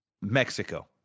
Mexico